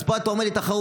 אז פה אתה אומר לי תחרות.